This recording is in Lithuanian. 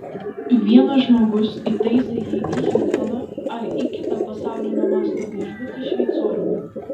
vienas žmogus įtaisė jį į hiltoną ar į kitą pasaulinio masto viešbutį šveicoriumi